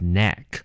neck